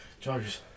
Chargers